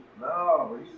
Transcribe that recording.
No